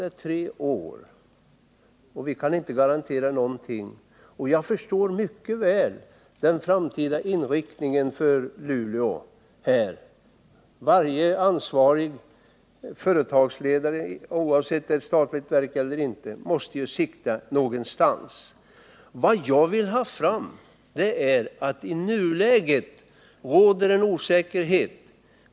Innan vi vet hur den kommer att se ut kan vi inte garantera någonting. Jag förstår mycket väl tankarna bakom den framtida inriktningen på verksamheten för Luleås del. Varje ansvarig företagsledare, oavsett om det är fråga om ett statligt eller ett privat verk, måste ju sikta någonstans. Vad jag vill ha sagt är att det i nuläget råder osäkerhet.